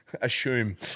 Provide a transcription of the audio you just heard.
assume